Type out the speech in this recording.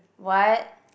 what